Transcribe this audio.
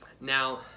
now